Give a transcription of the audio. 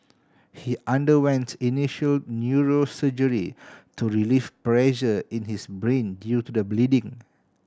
he underwent initial neurosurgery to relieve pressure in his brain due to the bleeding